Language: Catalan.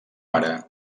ara